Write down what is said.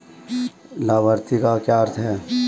लाभार्थी का क्या अर्थ है?